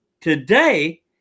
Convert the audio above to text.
today